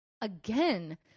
Again